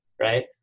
right